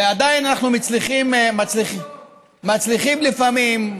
ועדיין אנחנו מצליחים, מה פתאום,